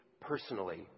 personally